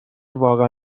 واقعا